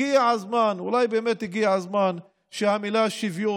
הגיע הזמן, אולי באמת הגיע הזמן שהמילה שוויון,